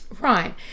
Right